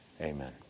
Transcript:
Amen